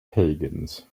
pagans